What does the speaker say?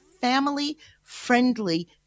Family-friendly